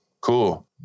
cool